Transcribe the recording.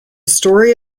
story